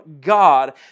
God